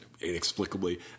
inexplicably